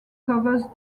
covers